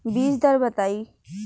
बीज दर बताई?